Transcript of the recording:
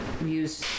use